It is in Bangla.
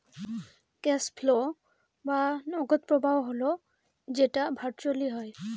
ক্যাস ফ্লো বা নগদ প্রবাহ হল যেটা ভার্চুয়ালি হয়